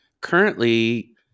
currently